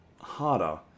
harder